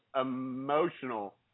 emotional